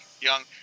young